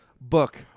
book